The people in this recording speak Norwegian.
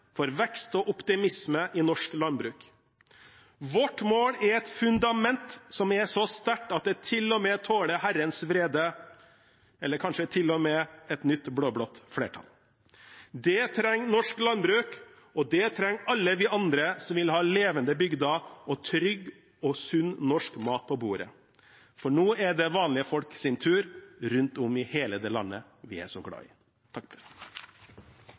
for vekst og optimisme i norsk landbruk. Vårt mål er et fundament som er så sterkt at det til og med tåler Herrens vrede, eller kanskje til og med et nytt blå-blått flertall. Det trenger norsk landbruk, og det trenger alle vi andre som vil ha levende bygder og trygg og sunn norsk mat på bordet. Nå er det vanlige folk sin tur rundt om i hele landet som vi er så glad i.